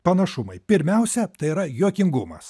panašumai pirmiausia tai yra juokingumas